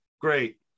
great